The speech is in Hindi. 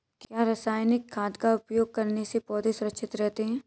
क्या रसायनिक खाद का उपयोग करने से पौधे सुरक्षित रहते हैं?